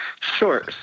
Sure